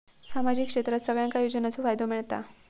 सामाजिक क्षेत्रात सगल्यांका योजनाचो फायदो मेलता?